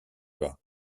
bas